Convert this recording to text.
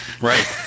Right